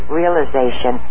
realization